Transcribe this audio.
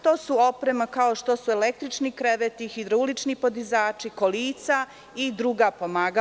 To je oprema kao što su električni kreveti, hidroaulični podizači kolica, druga pomagala.